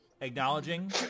acknowledging